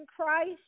Christ